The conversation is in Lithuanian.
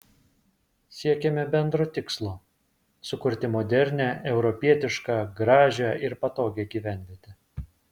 siekėme bendro tikslo sukurti modernią europietišką gražią ir patogią gyvenvietę